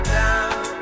down